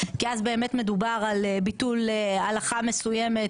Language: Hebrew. כי אז באמת מדובר על ביטול הלכה מסוימת